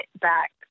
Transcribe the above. back